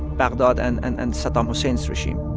baghdad and and and saddam hussein's regime.